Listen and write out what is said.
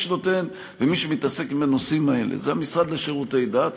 מי שנותן ומי שמתעסק בנושאים האלה זה המשרד לשירותי דת,